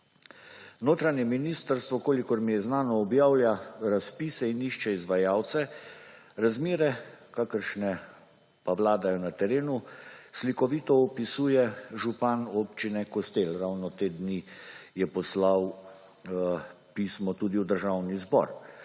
Notranje ministrstvo kolikor mi je znano objavlja v razpise in išče izvajalce razmere kakšne pa je Vlada na terenu slikovito opisuje župan Občine Kostel ravno te dni je poslal pismo tudi v Državni zbor